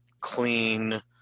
clean